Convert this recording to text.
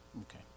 Okay